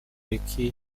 lucky